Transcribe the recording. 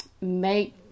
make